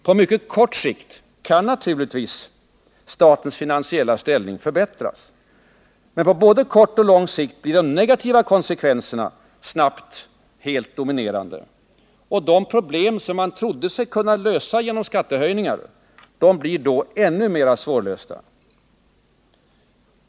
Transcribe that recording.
På mycket kort sikt kan naturligtvis statens finansiella ställning förbättras, men på både kort och lång sikt blir de negativa konsekvenserna snabbt helt dominerande. De problem som man trodde sig kunna lösa genom skattehöjningar blir då ännu mera svårlösta.